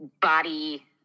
body